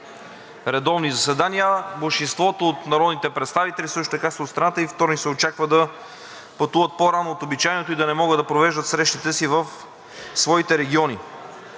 редовни заседания. Мнозинството от народните представители също така са от страната и във вторник се очаква да пътуват по-рано от обичайното и да не могат да провеждат срещите си в своите региони.